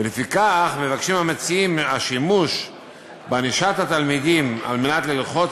ולפיכך הם אומרים כי השימוש בענישת התלמידים על מנת ללחוץ